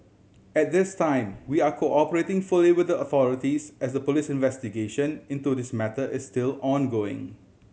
at this time we are cooperating fully with the authorities as a police investigation into this matter is still ongoing